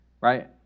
right